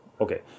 okay